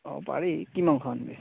অ পাৰি কি মাংস আনিবি